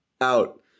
out